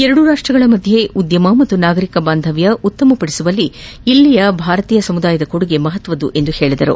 ಎರಡೂ ರಾಷ್ಲಗಳ ಮಧ್ದೆ ಉದ್ಯಮ ಮತ್ತು ನಾಗರಿಕ ಬಾಂಧವ್ದ ಉತ್ತಮಪಡಿಸುವಲ್ಲಿ ಇಲ್ಲಿನ ಭಾರತೀಯ ಸಮುದಾಯದ ಕೊಡುಗೆ ಮಹತ್ವದ್ದು ಎಂದರು